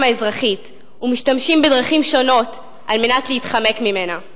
האזרחית ומשתמשים בדרכים שונות על מנת להתחמק ממנה.